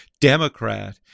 Democrat